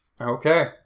Okay